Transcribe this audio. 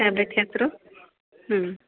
ಟ್ಯಾಬ್ಲೆಟಿಗೆ ಹಾಕ್ತಿರೋ ಹ್ಞೂ